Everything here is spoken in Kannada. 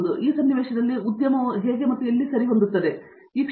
ಆದ್ದರಿಂದ ಈ ಸನ್ನಿವೇಶದಲ್ಲಿ ಉದ್ಯಮವು ಎಲ್ಲಿ ಸರಿಹೊಂದುತ್ತದೆ ಎಂದು ನೀವು ನೋಡುತ್ತೀರಿ